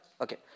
Okay